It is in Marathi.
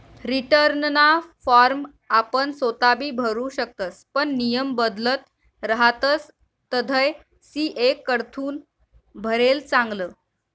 रीटर्नना फॉर्म आपण सोताबी भरु शकतस पण नियम बदलत रहातस तधय सी.ए कडथून भरेल चांगलं